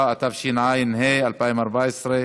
התשע"ו 2016,